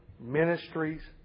ministries